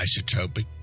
isotopic